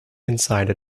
inside